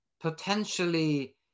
potentially